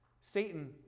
Satan